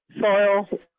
soil